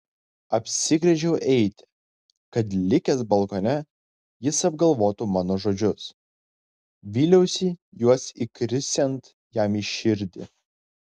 apsigręžiau eiti kad likęs balkone jis apgalvotų mano žodžius vyliausi juos įkrisiant jam į širdį